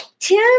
Tim